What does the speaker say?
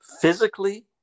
physically